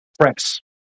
press